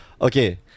Okay